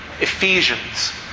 Ephesians